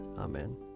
Amen